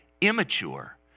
immature